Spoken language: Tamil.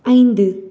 ஐந்து